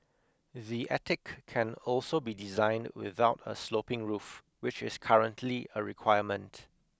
the attic can also be designed without a sloping roof which is currently a requirement